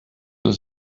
was